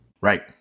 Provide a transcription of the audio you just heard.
Right